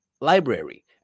library